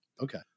Okay